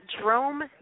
Drome